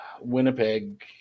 Winnipeg